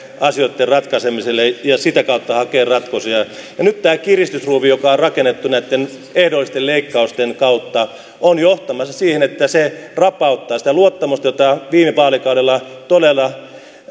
asioitten ratkaisemiselle ja sitä kautta hakea ratkaisuja nyt tämä kiristysruuvi joka on rakennettu näitten ehdollisten leikkausten kautta on johtamassa siihen että se rapauttaa sitä luottamusta jota viime vaalikaudella todella